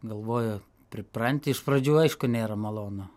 galvoju pripranti iš pradžių aišku nėra malonu